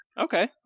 Okay